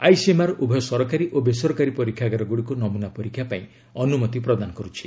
ICMR ଉଭୟ ସରକାରୀ ଓ ବେସରକାରୀ ପରୀକ୍ଷାଗାରଗୁଡ଼ିକୁ ନମୁନା ପରୀକ୍ଷା ପାଇଁ ଅନୁମତି ପ୍ରଦାନ କରୁଛି